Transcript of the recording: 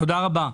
תודה רבה.